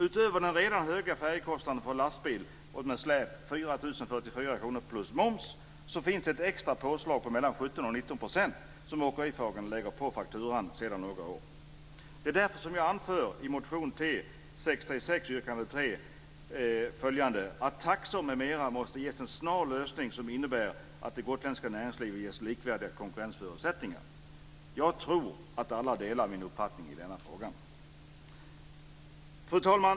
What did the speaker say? Utöver den redan höga färjekostnaden för lastbil med släp - 4 044 kr plus moms - finns det ett extra påslag med mellan 17 och 19 % som åkeriföretagen lägger på fakturan sedan några år. Det är därför som jag i min motion T636, yrkande 3, anför följande: Taxor m.m. måste ges en snar lösning som innebär att det gotländska näringslivet ges likvärdiga konkurrensförutsättningar. Jag tror att alla delar min uppfattning i denna fråga. Fru talman!